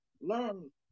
Learn